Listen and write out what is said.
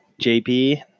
jp